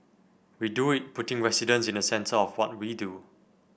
we do it putting residents in the centre of what we do